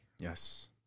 Yes